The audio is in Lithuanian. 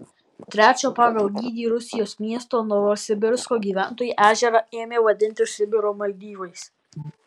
trečio pagal dydį rusijos miesto novosibirsko gyventojai ežerą ėmė vadinti sibiro maldyvais